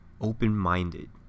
Open-minded